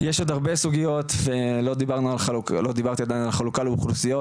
יש עוד הרבה מאוד סוגיות ולא דיברתי עדיין על חלוקה לאוכלוסיות,